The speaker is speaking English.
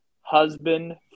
husband